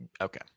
Okay